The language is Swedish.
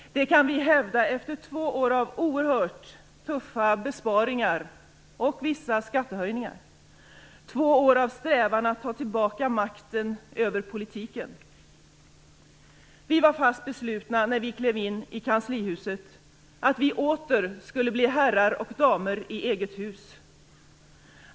Det kan vi hävda efter två år av oerhört tuffa besparingar och vissa skattehöjningar - två år av strävan att ta tillbaka makten över politiken. Vi var fast beslutna, när vi klev in i kanslihuset, att vi åter skulle bli herrar och damer i eget hus.